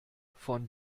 von